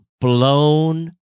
blown